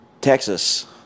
texas